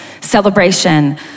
celebration